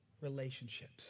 relationships